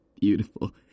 beautiful